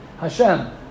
Hashem